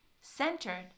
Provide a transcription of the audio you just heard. centered